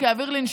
מה הערכים שלו,